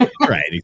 Right